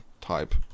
type